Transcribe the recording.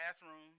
bathroom